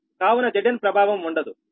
కావున Zn ప్రభావం ఉండదు